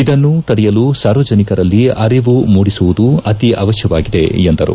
ಇದನ್ನು ತಡೆಯಲು ಸಾರ್ವಜನಿಕರಲ್ಲಿ ಅರಿವು ಮೂಡಿಸುವುದು ಅತಿ ಅವಶ್ಯವಾಗಿದೆ ಎಂದರು